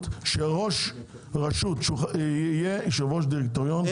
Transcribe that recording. שראש רשות יהיה יושב-ראש דירקטוריון לתאגיד.